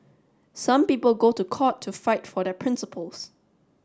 some people go to court to fight for their principles